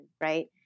right